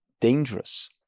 dangerous